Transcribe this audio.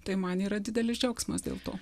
tai man yra didelis džiaugsmas dėl to